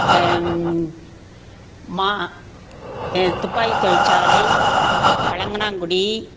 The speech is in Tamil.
மா துப்பாக்கித் தொழிற்சாலை பழங்கனாங்குடி